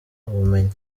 ubumenyi